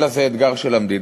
אלא זה אתגר של המדינה.